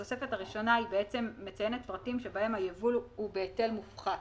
התוספת הראשונה מציינת פרטים שבהם הייבוא הוא בהיטל מופחת,